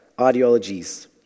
ideologies